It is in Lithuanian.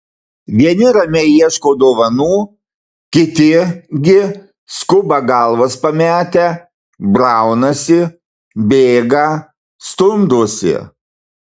vieni ramiai ieško dovanų kiti gi skuba galvas pametę braunasi bėga stumdosi